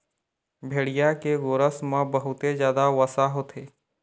भेड़िया के गोरस म बहुते जादा वसा होथे